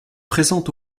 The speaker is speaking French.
présente